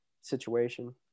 Situation